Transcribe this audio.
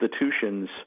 institutions